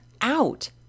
out